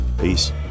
Peace